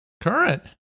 Current